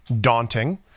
daunting